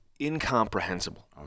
incomprehensible